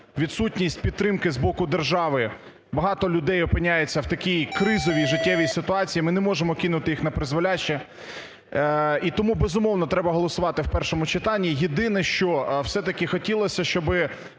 відсутність підтримки з боку держави багато людей опиняється в такій кризовій життєвій ситуації, ми не можемо кинути їх на призволяще. І тому, безумовно, треба голосувати в першому читанні. Єдине що все-таки хотілося, щоб